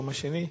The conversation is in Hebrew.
היום השני.